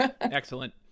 Excellent